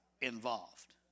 involved